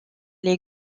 les